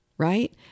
Right